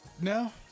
no